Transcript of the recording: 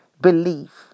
belief